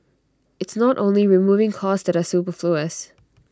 it's not only removing costs that are superfluous